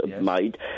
made